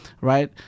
right